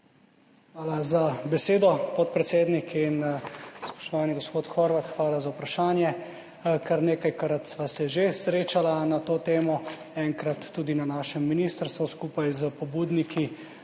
Hvala za besedo, podpredsednik. Spoštovani gospod Horvat, hvala za vprašanje. Kar nekajkrat sva se že srečala na to temo, enkrat tudi na našem ministrstvu skupaj s pobudniki